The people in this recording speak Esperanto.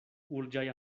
urĝaj